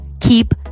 keep